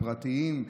הפרטיים,